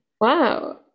Wow